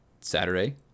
Saturday